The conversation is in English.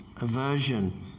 aversion